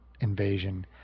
invasion